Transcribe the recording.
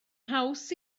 haws